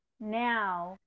Now